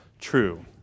true